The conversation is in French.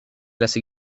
classe